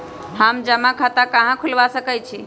हम जमा खाता कहां खुलवा सकई छी?